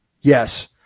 Yes